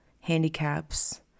handicaps